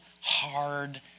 hard